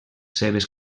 seves